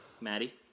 Maddie